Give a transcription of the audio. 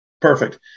Perfect